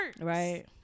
right